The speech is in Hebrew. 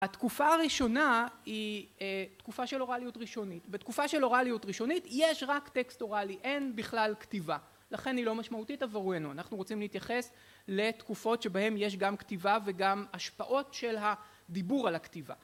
התקופה הראשונה היא תקופה של אורליות ראשונית. בתקופה של אוראליות ראשונית יש רק טקסט אוראלי, אין בכלל כתיבה. לכן היא לא משמעותית עבורנו, אנחנו רוצים להתייחס לתקופות שבהן יש גם כתיבה וגם השפעות של הדיבור על הכתיבה